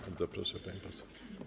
Bardzo proszę, pani poseł.